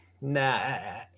nah